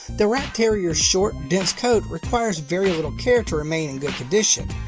the rat terrier's short, dense coat requires very little care to remain in good condition.